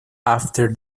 after